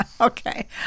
Okay